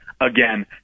again